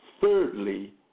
Thirdly